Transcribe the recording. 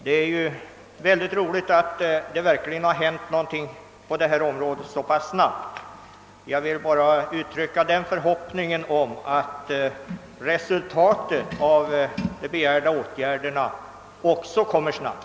Det är verkligen roligt att det har hänt något på detta område — och att det har hänt så snabbt. Jag vill nu bara uttrycka den förhoppningen att resultatet av de begärda åtgärderna också kommer snabbt.